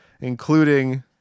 including